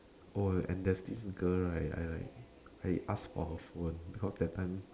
oh and there's this girl right I like I asked for her phone because that time